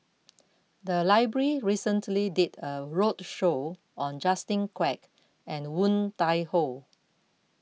the library recently did a roadshow on Justin Quek and Woon Tai Ho